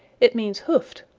it means hoofed.